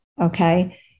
okay